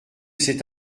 cet